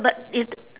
but is t~